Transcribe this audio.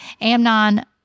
Amnon